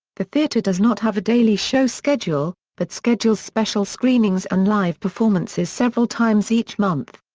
the theater does not have a daily show schedule, but schedules special screenings and live performances several times each month.